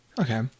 Okay